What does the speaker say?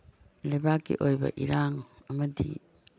ꯂꯩꯕꯥꯛꯀꯤ ꯑꯣꯏꯕ ꯏꯔꯥꯡ ꯑꯃꯗꯤ